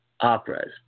operas